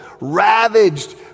ravaged